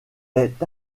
est